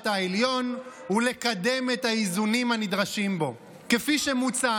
העליון ולקדם את האיזונים הנדרשים בו כפי שמוצע